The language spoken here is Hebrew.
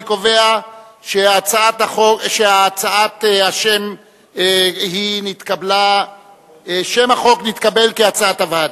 אני קובע ששם החוק נתקבל כהצעת הוועדה.